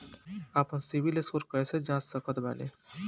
आपन CIBIL score कैसे जांच सकत बानी?